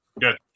Good